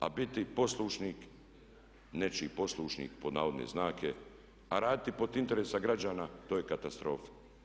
A biti poslušnik, nečiji poslušnik pod navodne znake, a raditi pod interesom građana to je katastrofa.